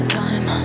time